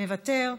מוותר,